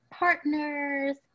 partners